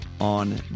on